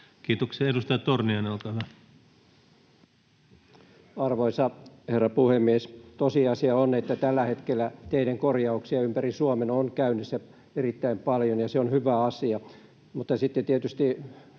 Time: 16:12 Content: Arvoisa herra puhemies! Tosiasia on, että tällä hetkellä teiden korjauksia ympäri Suomen on käynnissä erittäin paljon, ja se on hyvä asia, mutta sitten tietysti